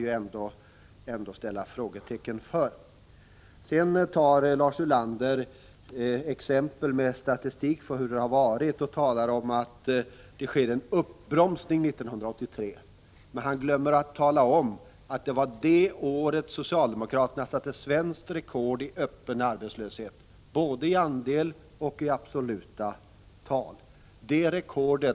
Lars Ulander nämner några exempel och hänvisar till den statistik som finns över hur det har varit. Han talar om att det skedde en uppbromsning 1983. Men han glömmer att tala om att det var det året som socialdemokraterna satte svenskt rekord i fråga om den öppna arbetslösheten — både vad gäller andelen öppet arbetslösa och vad gäller de absoluta talen.